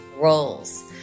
roles